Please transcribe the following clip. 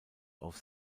auf